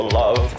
love